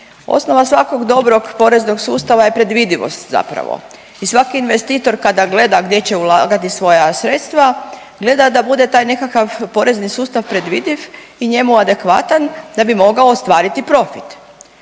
osnova svakog dobrog poreznog sustava je predvidivost zapravo i svaki investitor kada gleda gdje će ulagati svoja sredstva gleda da bude taj nekakav porezni sustav predvidiv i njemu adekvatan da bi mogao ostvariti profit.